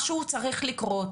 משהו צריך לקרות,